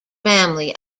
family